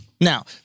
Now